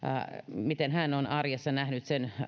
miten hän on arjessa nähnyt sen